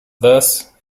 thus